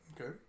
Okay